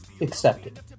accepted